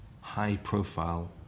high-profile